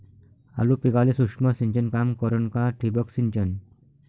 आलू पिकाले सूक्ष्म सिंचन काम करन का ठिबक सिंचन?